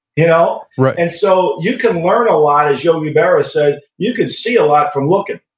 you know right and so, you can learn a lot, as yogi berra said, you can see a lot from looking.